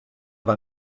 war